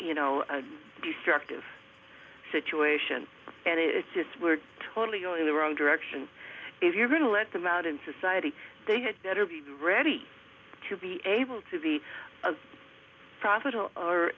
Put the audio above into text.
you know a destructive situation and it's just we're totally going the wrong direction if you're going to let them out in society they had better be ready to be able to be as profitable